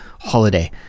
holiday